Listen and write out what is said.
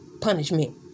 punishment